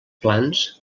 plans